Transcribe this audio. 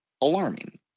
alarming